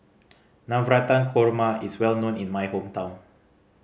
Navratan Korma is well known in my hometown